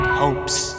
hopes